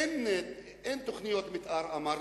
אין תוכניות מיתאר, אמרנו.